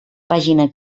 pàgina